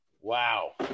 wow